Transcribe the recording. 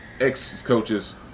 ex-coaches